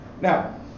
Now